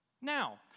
Now